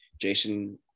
Jason –